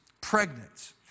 pregnant